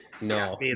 No